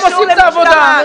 הם עושים את העבודה.